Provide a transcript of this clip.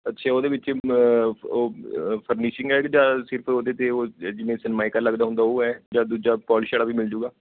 ਅੱਛਾ ਉਹਦੇ ਵਿੱਚ ਉਹ ਓ ਫਰਨੀਸ਼ਿੰਗ ਹੈ ਜਾਂਂ ਸਿਰਫ ਉਹਦੇ 'ਤੇ ਉਹ ਜਿਵੇਂ ਸਿਨਮਾਇਕਾ ਲੱਗਦਾ ਹੁੰਦਾ ਉਹ ਹੈ ਜਾਂ ਦੂਜਾ ਪੋਲਿਸ਼ ਵਾਲਾ ਵੀ ਮਿਲ ਜੂਗਾ